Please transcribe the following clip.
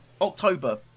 October